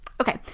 Okay